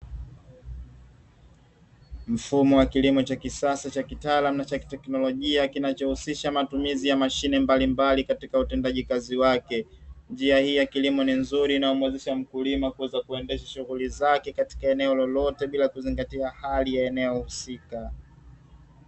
Mfumo wa kilimo cha kisasa cha kitaalamu na cha kiteknolojia kinachohusisha matumizi ya mashine mbalimbali katika utendaji kazi wake, njia hii ya kilimo ni nzuri inamuwezesha mkulima Kuweza kuendesha shughuli zake katika eneo lolote bila kuzingatia hali ya eneo husika.